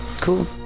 Cool